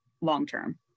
long-term